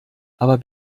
aber